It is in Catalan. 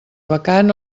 vacant